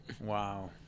Wow